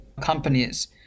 companies